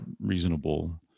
reasonable